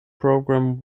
program